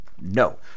No